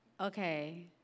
Okay